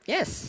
Yes